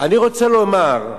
אני רוצה לומר,